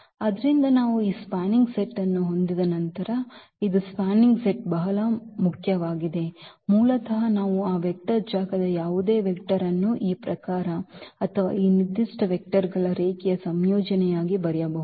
ಆದ್ದರಿಂದ ನಾವು ಈ ಸ್ಪ್ಯಾನಿಂಗ್ ಸೆಟ್ ಅನ್ನು ಹೊಂದಿದ ನಂತರ ಇದು ಸ್ಪ್ಯಾನಿಂಗ್ ಸೆಟ್ ಬಹಳ ಮುಖ್ಯವಾಗಿದೆ ಮೂಲತಃ ನಾವು ಆ ವೆಕ್ಟರ್ ಜಾಗದ ಯಾವುದೇ ವೆಕ್ಟರ್ ಅನ್ನು ಈ ಪ್ರಕಾರ ಅಥವಾ ಈ ನಿರ್ದಿಷ್ಟ ವೆಕ್ಟರ್ಗಳ ರೇಖೀಯ ಸಂಯೋಜನೆಯಾಗಿ ಬರೆಯಬಹುದು